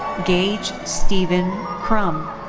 gage stephen crum.